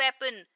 weapon